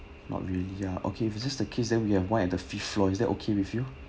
not really ah okay if this is the case then we have one at the fifth floor is that okay with you